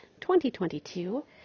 2022